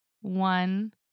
one